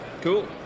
cool